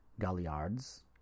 galliards